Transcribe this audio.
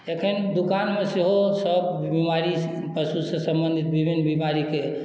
एखन दोकानमे सेहो सभबीमारी पशुसँ सम्बन्धित विभिन्न बीमारीके